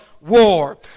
War